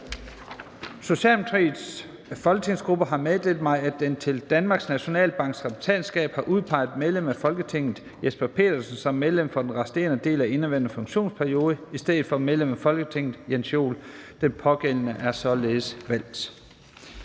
Socialdemokratiets folketingsgruppe har meddelt mig, at den til Danmarks Nationalbanks repræsentantskab har udpeget medlem af Folketinget Jesper Petersen som medlem for den resterende del af indeværende funktionsperiode i stedet for medlem af Folketinget Jens Joel. Den pågældende er således valgt.